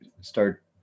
start